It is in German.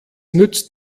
nützt